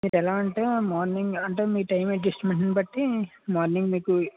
రేపు ఎలా అంటే మార్నింగ్ అంటే మీ టైం అడ్జెస్ట్మెంట్ని బట్టి మార్నింగ్ మీకు